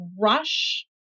rush